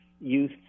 youth